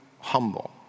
humble